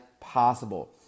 possible